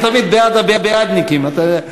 אני תמיד בעד הבעדניקים, אתה יודע.